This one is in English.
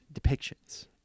depictions